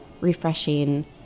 refreshing